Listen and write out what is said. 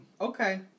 Okay